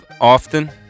often